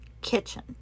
kitchen